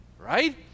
right